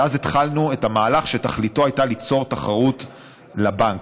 ואז התחלנו את המהלך שתכליתו הייתה ליצור תחרות לבנקים.